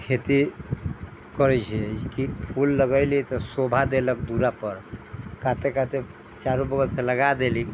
खेती करै छियै की फूल लगेली तऽ शोभा देलक दूरा पर तऽ काते काते चारू बगल से लगा देली